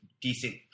decent